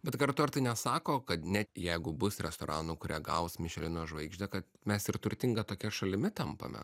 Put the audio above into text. bet kartu ar tai nesako kad net jeigu bus restoranų kurie gaus mišelino žvaigždę kad mes ir turtinga tokia šalimi tampame